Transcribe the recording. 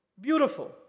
Beautiful